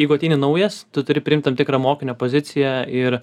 jeigu ateini naujas tu turi priimt tam tikrą mokinio poziciją ir